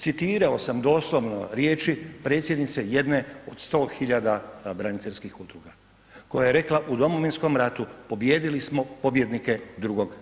Citirao sam doslovno riječi predsjednice jedne od 100 hiljada braniteljskih udruga, koja je rekla u Domovinskom ratu pobijedili smo pobjednike II.